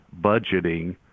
budgeting